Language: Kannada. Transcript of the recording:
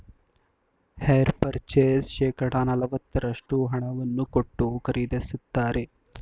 ಹೈರ್ ಪರ್ಚೇಸ್ ಶೇಕಡ ನಲವತ್ತರಷ್ಟು ಹಣವನ್ನು ಕೊಟ್ಟು ಖರೀದಿಸುತ್ತಾರೆ